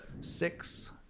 Six